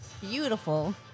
beautiful